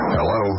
Hello